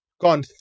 gone